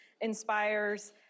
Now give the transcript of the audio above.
inspires